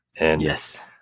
Yes